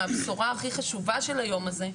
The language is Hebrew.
מהבשורה הכי חשובה של היום הזה,